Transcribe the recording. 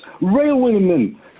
railwaymen